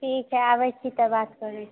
ठीक है आबय छी त बात करै छी